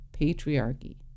patriarchy